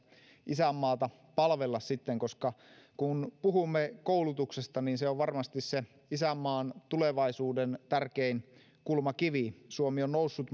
isänmaata palvella koska kun puhumme koulutuksesta niin se on varmasti se isänmaan tulevaisuuden tärkein kulmakivi suomi on noussut